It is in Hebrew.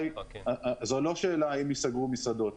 זו לא שאלה האם ייסגרו מסעדות.